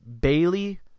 Bailey